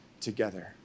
together